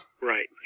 Right